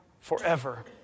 forever